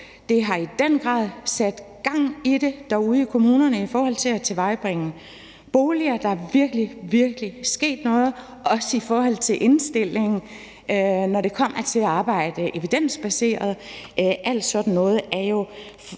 det har i den grad sat gang i det derude i kommunerne i forhold til at tilvejebringe boliger. Der er virkelig, virkelig sket noget, også i forhold til indstillingen, når det kommer til at arbejde evidensbaseret – og alt sådan noget er jo